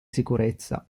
sicurezza